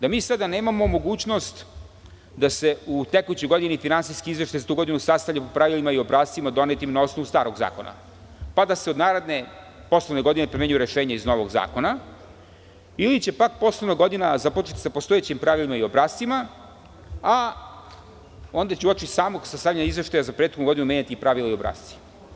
Da mi sada nemamo mogućnost da se u tekućoj godini finansijski izveštaj za tu godinu sastavi po pravilima i obrascima donetim na osnovu starog zakona, pa da se od naredne poslovne godine primenjuju rešenja iz novog zakona ili će pak poslovna godina započeti sa postojećim pravilima i obrascima a onda će uoči samog sastavljanja izveštaja za prethodnu godinu menjati pravila i obrasce.